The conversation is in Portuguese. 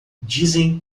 dizem